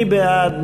מי בעד?